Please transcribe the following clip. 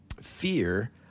fear